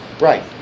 Right